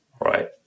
right